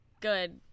Good